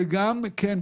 וכן,